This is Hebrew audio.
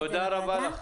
תודה רבה לך.